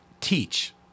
Teach